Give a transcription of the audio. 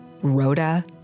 Rhoda